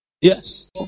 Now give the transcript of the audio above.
Yes